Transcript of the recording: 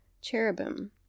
cherubim